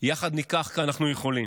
יחד ניקח כי אנחנו יכולים,